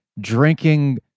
drinking